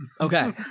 Okay